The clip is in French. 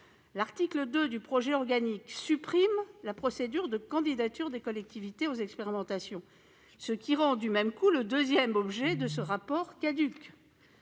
l'article 2 du projet de loi organique supprime la procédure de candidature des collectivités aux expérimentations, ce qui rend caduc le deuxième objet de ce rapport. Dans un